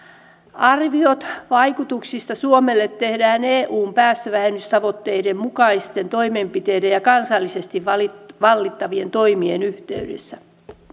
arviot vaikutuksista suomelle tehdään eun päästövähennystavoitteiden mukaisten toimenpiteiden ja kansallisesti valittavien valittavien toimien yhteydessä